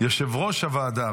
יושב-ראש הוועדה,